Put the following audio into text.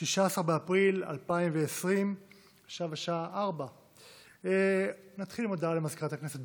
16 באפריל 2020. עכשיו השעה 16:00. נתחיל עם הודעה למזכירת הכנסת.